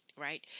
right